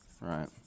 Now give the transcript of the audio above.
right